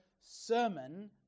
sermon